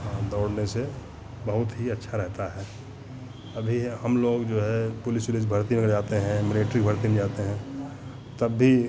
हाँ दौड़ने से बहुत ही अच्छा रहता है अभी हमलोग जो है पुलिस उलिस भर्तियों में जाते हैं मिलिट्री की भर्ती में जाते हैं तब भी